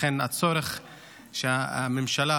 לכן הצורך הוא שגם הממשלה,